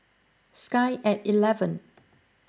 Sky at eleven